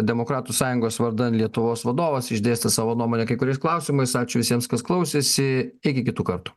demokratų sąjungos vardan lietuvos vadovas išdėstė savo nuomonę kai kuriais klausimais ačiū visiems kas klausėsi iki kitų kartu